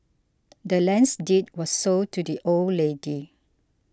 the land's deed was sold to the old lady